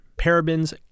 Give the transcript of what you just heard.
parabens